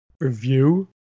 review